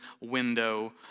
window